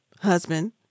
husband